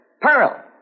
Pearl